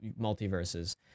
multiverses